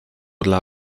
dla